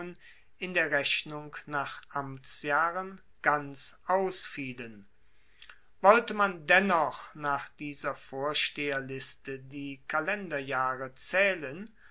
in der rechnung nach amtsjahren ganz ausfielen wollte man dennoch nach dieser vorsteherliste die kalenderjahre zaehlen